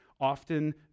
often